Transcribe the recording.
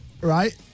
Right